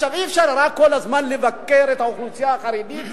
אי-אפשר כל הזמן רק לבקר את האוכלוסייה החרדית,